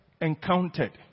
encountered